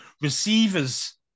Receivers